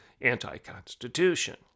anti-Constitution